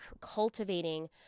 cultivating